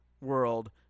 world